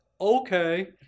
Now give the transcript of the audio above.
Okay